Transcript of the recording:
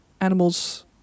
animals